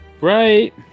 right